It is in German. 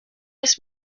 ist